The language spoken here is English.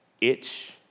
itch